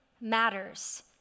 matters